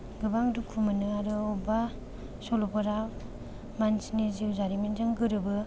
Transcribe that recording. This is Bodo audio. गोबां दुखु मोनो आरो अबेबा सल'फोरा मानसिनि जिउ जारिमिनजों गोरोबो